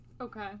okay